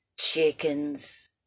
chickens